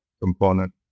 component